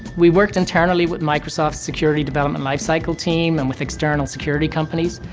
we worked entirely with microsoft security development lifecycle team and with external security companies.